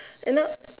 you know